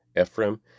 Ephraim